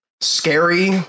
scary